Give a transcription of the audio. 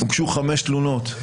הוגשו חמש תלונות,